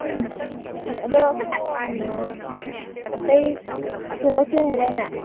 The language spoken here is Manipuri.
ꯑꯗꯣ ꯀꯩꯅꯣ ꯑꯇꯩ ꯑꯣꯛꯇꯣꯄꯁ ꯂꯩ ꯍꯥꯏꯗꯥꯏꯅꯦ